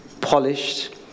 polished